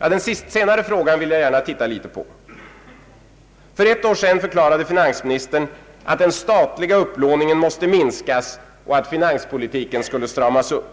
Låt oss titta litet på den sista frågan. För ett år sedan förklarade finansministern att den statliga upplåningen måste minskas och att finanspolitiken skulle stramas upp.